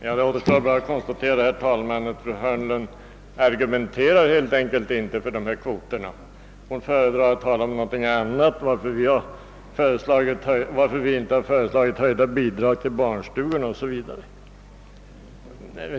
Herr talman! Det återstår bara att konstatera att fru Hörnlund helt enkelt inte argumenterar för dessa kvoter. Hon föredrar att tala om någonting annat, t.ex. varför vi inte föreslagit höjda bidrag till barnstugorna o. s. v.